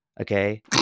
Okay